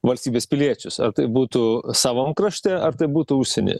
valstybės piliečius ar tai būtų savam krašte ar tai būtų užsieny